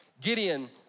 Gideon